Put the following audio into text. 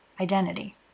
identity